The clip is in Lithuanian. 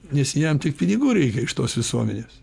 nes jam tik pinigų reikia iš tos visuomenės